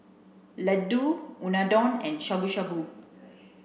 Ladoo Unadon and Shabu Shabu